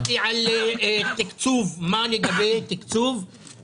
צריך לבחון מאיזה מרחק צריך לשים שילוט לאותו יישוב,